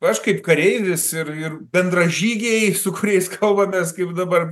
aš kaip kareivis ir ir bendražygiai su kuriais kalbamės kaip dabar